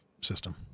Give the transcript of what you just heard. system